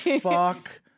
Fuck